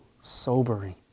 sobering